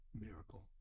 miracle